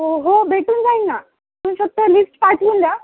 हो हो भेटून जाईल ना तुम्ही फक्त लिस्ट पाठवून द्या